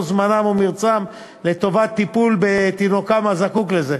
זמנם ומרצם לטובת טיפול בתינוקם הזקוק לזה.